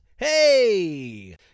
Hey